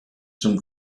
zum